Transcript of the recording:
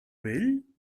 vell